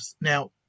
Now